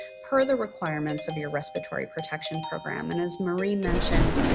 per the requirements of your respiratory protection program. and as marie mentioned,